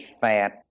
fat